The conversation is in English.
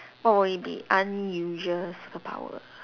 what would it be unusual superpower